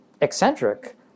eccentric